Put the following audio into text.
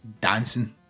dancing